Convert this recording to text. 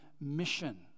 mission